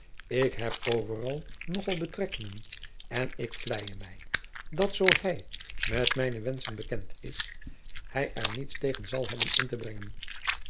ik heb overal nog al betrekkingen en ik vleie mij dat zoo hij met mijne wenschen bekend is hij er niets tegen zal hebben in te brengen